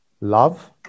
love